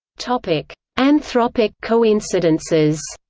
anthropic anthropic coincidences